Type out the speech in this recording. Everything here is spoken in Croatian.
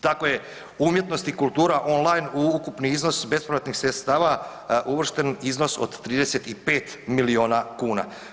Tako je umjetnost i kultura on line u ukupni iznos bespovratnih sredstava uvršten iznos od 35 milijona kuna.